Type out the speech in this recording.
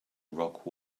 rock